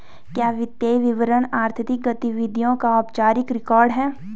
क्या वित्तीय विवरण आर्थिक गतिविधियों का औपचारिक रिकॉर्ड है?